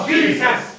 Jesus